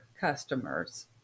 customers